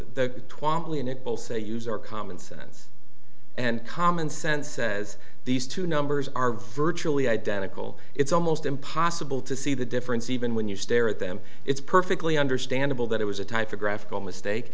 use our common sense and common sense says these two numbers are virtually identical it's almost impossible to see the difference even when you stare at them it's perfectly understandable that it was a typographical mistake